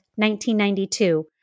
1992